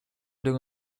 doing